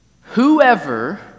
whoever